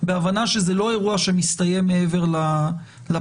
בהבנה שזה לא אירוע שמסתיים מעבר לפינה.